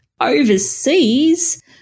overseas